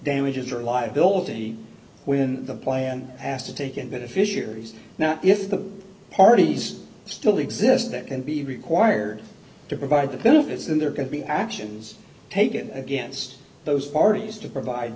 damages or liability when the plan has to take in beneficiaries now if the parties still exist that and be required to provide the benefits then they're going to be actions taken against those parties to provide